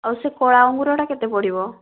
ଆଉ ସେ କଳା ଅଙ୍ଗୁରଟା କେତେ ପଡ଼ିବ